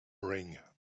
ring